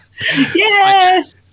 Yes